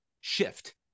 shift